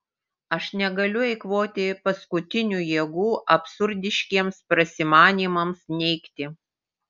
aš negaliu eikvoti paskutinių jėgų absurdiškiems prasimanymams neigti